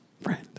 friend